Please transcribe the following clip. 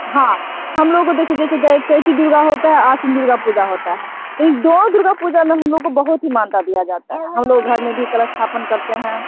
हाँ हम लोगोँ को देखिए जैसे दै चैती दुर्गा होता है आसिन दुर्गा पूजा होती है तो इस दो दुर्गा पूजा में हम लोग को बहुत ही मान्यता दिया जाता है हम लोग घर में भी कलशस्थापन करते हैं